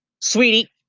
Sweetie